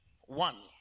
one